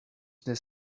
this